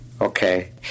Okay